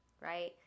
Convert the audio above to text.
right